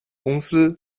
公司